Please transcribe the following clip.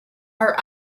are